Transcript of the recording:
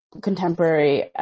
contemporary